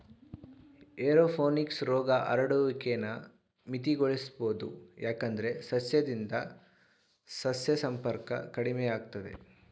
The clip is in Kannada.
ಏರೋಪೋನಿಕ್ಸ್ ರೋಗ ಹರಡುವಿಕೆನ ಮಿತಿಗೊಳಿಸ್ಬೋದು ಯಾಕಂದ್ರೆ ಸಸ್ಯದಿಂದ ಸಸ್ಯ ಸಂಪರ್ಕ ಕಡಿಮೆಯಾಗ್ತದೆ